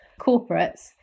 corporates